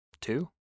Two